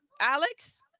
Alex